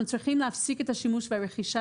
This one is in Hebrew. אנחנו צריכים להפסיק את השימוש ורכישה